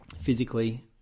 physically